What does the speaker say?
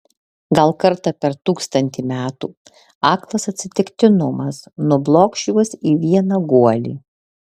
gal kartą per tūkstantį metų aklas atsitiktinumas nublokš juos į vieną guolį